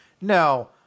no